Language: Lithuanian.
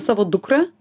savo dukrą